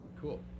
Cool